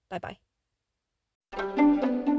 Bye-bye